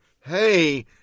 hey